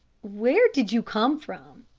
where did you come from?